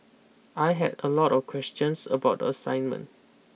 I had a lot of questions about the assignment